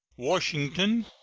washington,